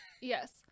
Yes